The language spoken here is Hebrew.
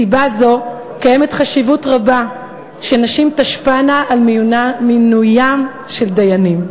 מסיבה זו קיימת חשיבות רבה שנשים תשפענה על מינוים של דיינים.